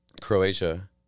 Croatia